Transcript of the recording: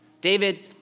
David